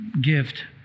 gift